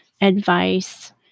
advice